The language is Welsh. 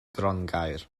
grongaer